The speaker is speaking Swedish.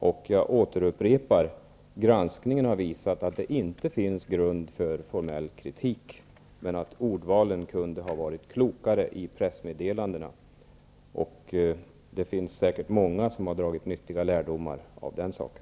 Jag upprepar att granskningen har visat att det inte finns grund för formell kritik. Men ordvalen i pressmeddelandena kunde ha varit klokare. Det finns säkert många som har dragit nyttiga lärdomar av den saken.